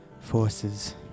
forces